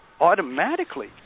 automatically